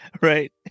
Right